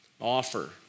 offer